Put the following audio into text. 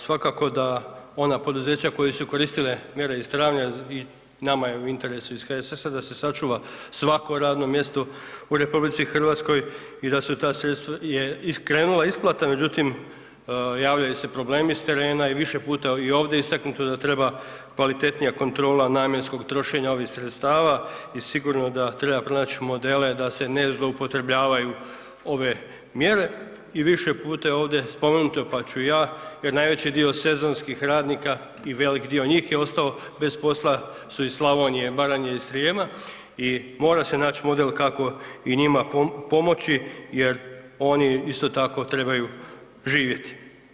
Svakako da ona poduzeća koja su koristile mjere iz travnja i nama je u interesu iz HSS-a da se sačuva svako radno mjesto u RH i da su ta sredstva, je krenula isplata, međutim javljaju se problemi s terena i više puta je i ovdje istaknuto da treba kvalitetnija kontrola namjenskog trošenja ovih sredstava i sigurno da treba pronać modele da se ne zloupotrebljavaju ove mjere i više puta je ovdje spomenuto, pa ću i ja jer najveći dio sezonskih radnika i velik dio njih je ostao bez posla su iz Slavonije, Baranje i Srijema i mora se nać model kako i njima pomoći jer oni isto tako trebaju živjeti.